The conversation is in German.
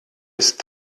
ist